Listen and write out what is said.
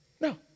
No